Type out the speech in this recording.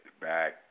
back